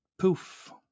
Poof